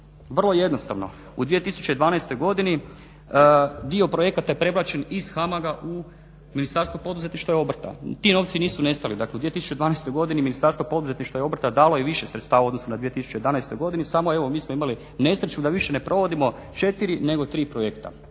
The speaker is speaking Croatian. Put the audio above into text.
Vrlo jednostavno, u 2012. godini dio projekata je prebačen iz HAMAG-a u Ministarstvo poduzetništva i obrta. Ti novci nisu nestali. Dakle, u 2012. godini Ministarstvo poduzetništva i obrta dalo je više sredstava u odnosu na 2011. godini samo evo mi smo imali nesreću da više ne provodimo 4 nego 3 projekta.